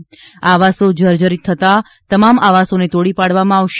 આ આવાસો જર્જરીત થતા તમામ આવાસોને તોડી પાડવામાં આવશે